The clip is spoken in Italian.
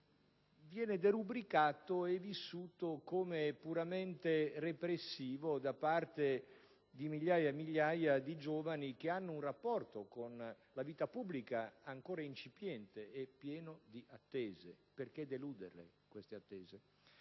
viene derubricato e vissuto come puramente repressivo da parte di migliaia di giovani che hanno un rapporto con la vita pubblica ancora incipiente e pieno di attese. Perché deludere queste attese?